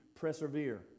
persevere